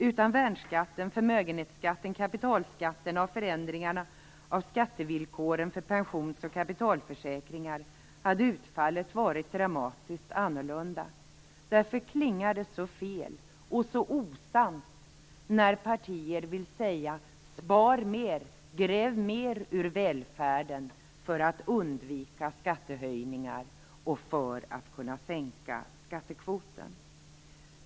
Utan värnskatten, förmögenhetsskatten, kapitalskatten och förändringarna av skattevillkoren för pensions och kapitalförsäkringar hade utfallit varit dramatiskt annorlunda. Därför klingar det så fel och så osant när partier säger: Spar mer! Gräv ur välfärden mer för att undvika skattehöjningar och för att kunna sänka skattekvoten!